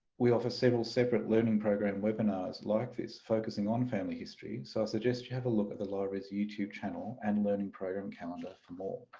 we offer several separate learning program webinars like this focusing on family history so i suggest you have a look at the library's youtube channel and learning program calendar for more.